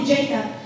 Jacob